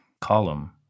Column